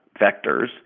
vectors